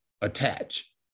attach